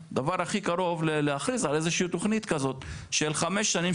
הדבר הכי קרוב הוא להכריז על איזו שהיא תכנית כזו של חמש שנים,